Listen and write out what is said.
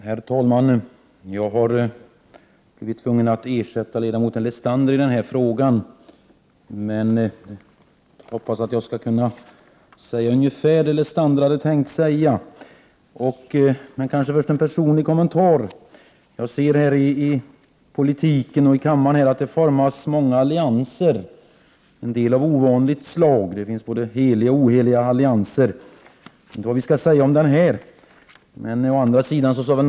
Herr talman! Jag har blivit tvungen att ersätta Paul Lestander i denna fråga, och jag hoppas att jag kan säga ungefär det han hade tänkt säga. Men först vill jag göra en personlig kommentar. Jag ser att det i politiken och här i kammaren formas många allianser — en del av ovanligt slag. Det finns både heliga och oheliga allianser, och jag vet inte vad man kan säga om den här.